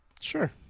Sure